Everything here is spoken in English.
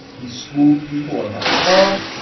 he schooled people on how to talk.